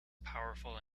powerful